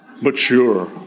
mature